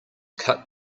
cut